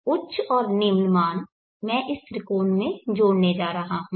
और उच्च और निम्न मान मैं इस त्रिकोण में जोड़ने जा रहा हूं